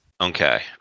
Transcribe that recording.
Okay